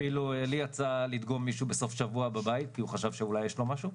אפילו לי יצא לדגום מישהו בסוף שבוע בבית כי הוא חשב שאולי יש לו משהו,